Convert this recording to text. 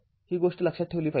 ही गोष्ट लक्षात ठेवली पाहिजे